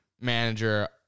manager